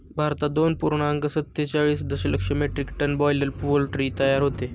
भारतात दोन पूर्णांक सत्तेचाळीस दशलक्ष मेट्रिक टन बॉयलर पोल्ट्री तयार होते